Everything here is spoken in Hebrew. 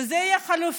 וזה יהיה חלופי.